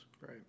Right